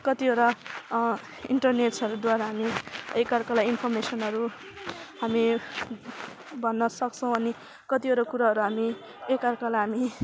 कतिवटा इन्टरनेटहरूद्वारा नै एक अर्कालाई इनफर्मेसनहरू हामी भन्न सक्छौँ अनि कतिवटा कुराहरू हामी एक अर्कालाई हामी